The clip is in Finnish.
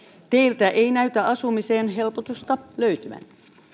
teiltä ei näytä asumiseen helpotusta löytyvän